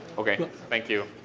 okay. thank you.